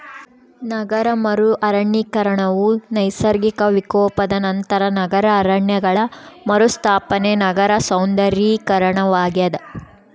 ನಗರ ಮರು ಅರಣ್ಯೀಕರಣವು ನೈಸರ್ಗಿಕ ವಿಕೋಪದ ನಂತರ ನಗರ ಅರಣ್ಯಗಳ ಮರುಸ್ಥಾಪನೆ ನಗರ ಸೌಂದರ್ಯೀಕರಣವಾಗ್ಯದ